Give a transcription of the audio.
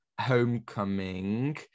Homecoming